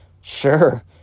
sure